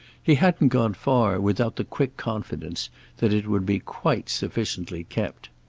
he hadn't gone far without the quick confidence that it would be quite sufficiently kept.